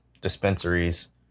dispensaries